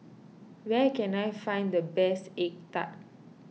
where can I find the best Egg Tart